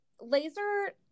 laser